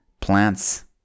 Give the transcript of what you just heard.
Plants